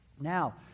Now